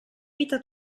vita